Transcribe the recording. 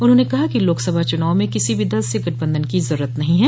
उन्होंने कहा कि लोकसभा चुनाव में किसी भी दल से गठबंधन की जरूरत नहीं है